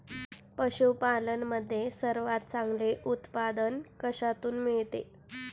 पशूपालन मध्ये सर्वात चांगले उत्पादन कशातून मिळते?